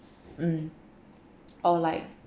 mm or like